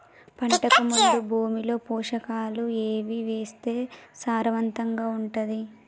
పంటకు ముందు భూమిలో పోషకాలు ఏవి వేస్తే సారవంతంగా ఉంటది?